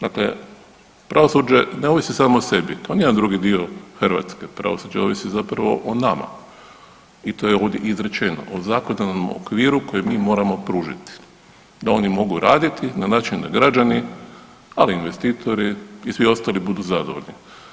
Dakle, pravosuđe ne ovisi samo o sebi to nije jedan drugi dio Hrvatske, pravosuđe ovisi zapravo od nama i to je ovdje izrečeno, o zakonodavnom okviru koji mi moramo pružiti, da oni mogu raditi na način da građani, ali i investitori i svi ostali budu zadovoljni.